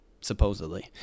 supposedly